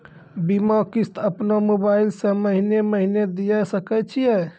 बीमा किस्त अपनो मोबाइल से महीने महीने दिए सकय छियै?